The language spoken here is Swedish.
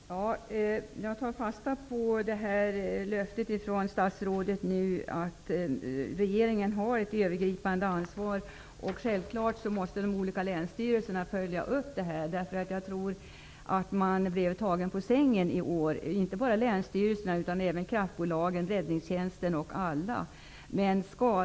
Fru talman! Jag tar fasta på detta löfte från statsrådet. Regeringen har ett övergripande ansvar, och självklart måste de olika länsstyrelserna följa upp detta. Jag tror att man i år blev tagen på sängen, inte bara länsstyrelserna utan även kraftbolagen och räddningstjänsten.